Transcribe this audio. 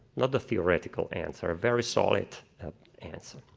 not the theoretical answer, a very solid answer.